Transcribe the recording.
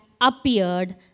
appeared